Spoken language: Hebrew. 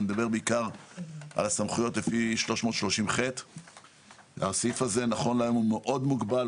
אני מדבר בעיקר על הסמכויות לפי 330ח. הסעיף הזה נכון להיום הוא מאוד מוגבל,